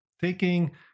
taking